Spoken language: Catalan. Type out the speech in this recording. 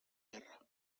guerra